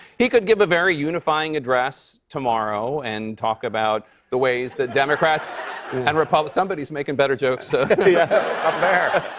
he could give a very unifying address tomorrow and talk about the ways the democrats and repub somebody is making better jokes so yeah up there.